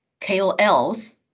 KOLs